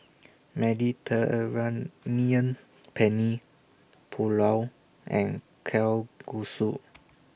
Penne Pulao and Kalguksu